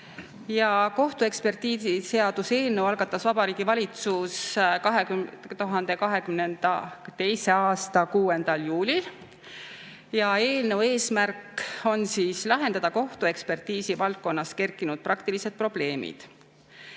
Kohtuekspertiisiseaduse eelnõu algatas Vabariigi Valitsus 2022. aasta 6. juulil. Eelnõu eesmärk on lahendada kohtuekspertiisi valdkonnas üles kerkinud praktilised probleemid.